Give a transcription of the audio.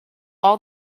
all